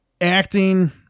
acting